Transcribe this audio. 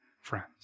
friends